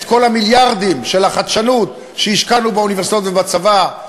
את כל המיליארדים של החדשנות שהשקענו באוניברסיטאות ובצבא,